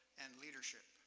and leadership.